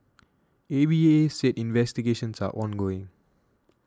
A V A said investigations are ongoing